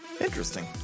Interesting